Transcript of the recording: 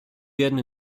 werden